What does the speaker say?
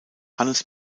hannes